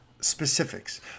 specifics